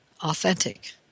authentic